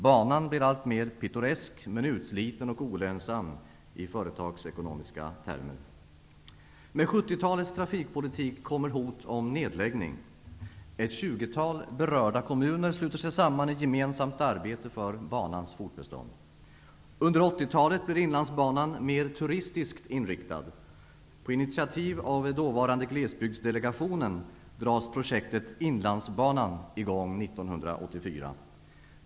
Banan blir alltmer pittoresk men utsliten och olönsam i företagsekonomiska termer. Med 1970-talets trafikpolitik kommer hot om nedläggning. Ett tjugotal berörda kommuner sluter sig samman i gemensamt arbete för banans fortbestånd. Inlandsbanan i gång 1984.